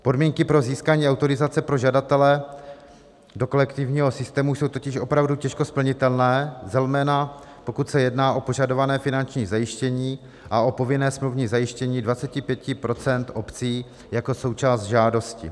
Podmínky pro získání autorizace pro žadatele do kolektivního systému jsou totiž opravdu těžko splnitelné, zejména pokud se jedná o požadované finanční zajištění a o povinné smluvní zajištění 25 % obcí jako součást žádosti.